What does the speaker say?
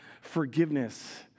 forgiveness